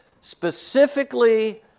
specifically